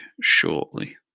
shortly